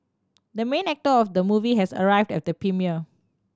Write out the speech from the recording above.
the main actor of the movie has arrived at the premiere